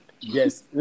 yes